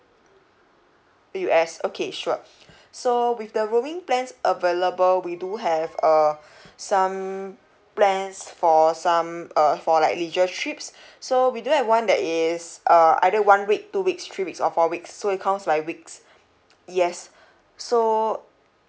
U_S okay sure so with the roaming plans available we do have uh some plans for some uh for like leisure trips so we do have one that is uh either one week two weeks three weeks or four weeks so it counts by weeks yes so